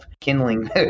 kindling